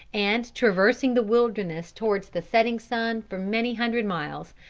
and traversing the wilderness towards the setting sun for many hundred miles,